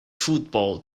football